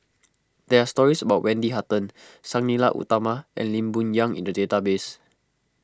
there are stories about Wendy Hutton Sang Nila Utama and Lee Boon Yang in the database